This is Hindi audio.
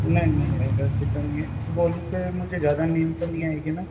नहीं नहीं ऐसा नहीं है गोली से मुझे ज़्यादा नींद तो नहीं आएगी ना